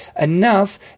Enough